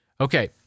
Okay